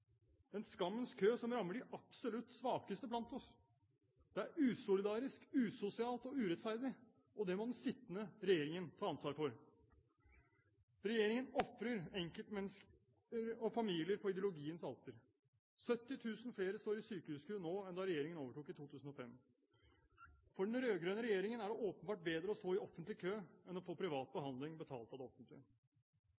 en skammens kø som rammer de absolutt svakeste blant oss. Det er usolidarisk, usosialt og urettferdig, og det må den sittende regjeringen ta ansvar for. Regjeringen ofrer enkeltmennesker og familier på ideologiens alter. 70 000 flere står i sykehuskø nå enn da regjeringen overtok i 2005. For den rød-grønne regjeringen er det åpenbart bedre å stå i offentlig kø enn å få privat